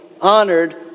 honored